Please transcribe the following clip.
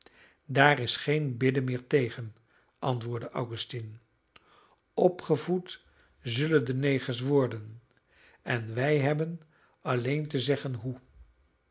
daar is geen bidden meer tegen antwoordde augustine opgevoed zullen de negers worden en wij hebben alleen te zeggen hoe